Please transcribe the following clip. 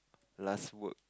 last work